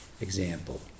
example